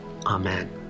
Amen